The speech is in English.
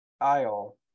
aisle